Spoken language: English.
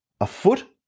afoot